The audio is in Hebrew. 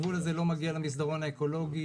הגבול הזה לא מגיע למסדרון האקולוגי.